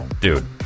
dude